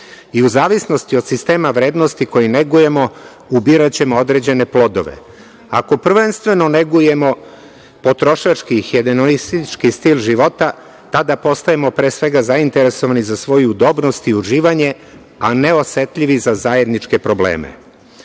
i u zavisnosti od sistema vrednosti koje negujemo ubiraćemo određene plodove. Ako prvenstveno negujemo potrošački hedonistički stil života, tada postajemo, pre svega, zainteresovani za svoju udobnost i za uživanje, a ne osetljivi za zajedničke probleme. Globalno